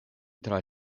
tra